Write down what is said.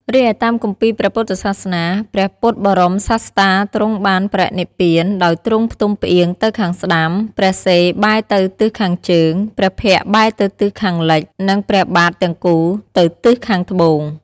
រីឯតាមគម្ពីរព្រះពុទ្ធសាសនា ព្រះពុទ្ធបរមសាស្តាទ្រង់បានបរិនិព្វានដោយទ្រង់ផ្ទុំផ្អៀងទៅខាងស្តាំ ព្រះសិរ្សបែរទៅទិសខាងជើង ព្រះភ័ក្ត្របែរទៅទិសខាងលិច និងព្រះបាទទាំងគូទៅទិសខាងត្បូង។